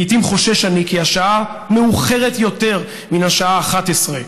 לעיתים חושש אני כי השעה מאוחרת יותר מן השעה ה-11.